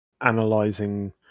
analyzing